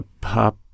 pop